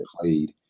played